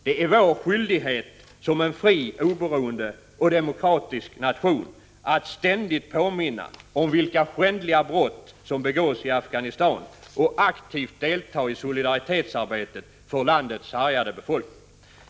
Det är vår skyldighet som en fri, oberoende och demokratisk nation att ständigt påminna om vilka skändliga brott som begås i Afghanistan och aktivt delta i solidaritetsarbetet för landets sargade befolkning.